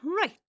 Right